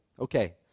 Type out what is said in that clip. Okay